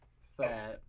Sad